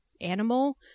animal